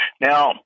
Now